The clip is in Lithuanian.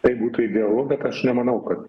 tai būtų idealu bet aš nemanau kad